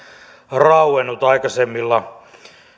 rauennut aikaisemmilla